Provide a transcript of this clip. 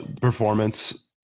performance